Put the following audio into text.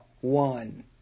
One